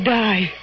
die